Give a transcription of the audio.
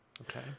Okay